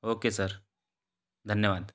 okay sir धन्यवाद